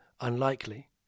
unlikely